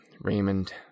Raymond